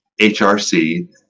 HRC